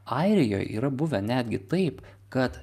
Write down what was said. airijoj yra buvę netgi taip kad